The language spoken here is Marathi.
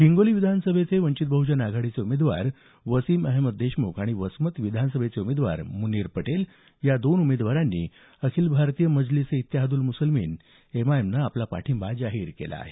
हिंगोली विधानसभेचे वंचित बह्जन आघाडीचे उमेदवार वसीम अहेमद देशम्ख आणि वसमत विधानसभेचे उमेदवार मुनीर पटेल या दोन उमेदवारांनी अखिल भारतीय मजलिस ए इत्तेहादल मुसलिमिन एमआयएमनं आपला पाठिंबा जाहीर केला आहे